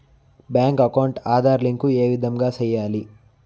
Bank account Aadhaar link ఏ విధంగా సెయ్యాలి?